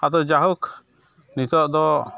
ᱟᱫᱚ ᱡᱟᱭᱦᱳᱠ ᱱᱤᱛᱚᱜᱫᱚ